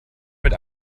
mit